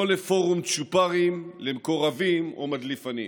לא לפורום צ'ופרים למקורבים או מדליפנים.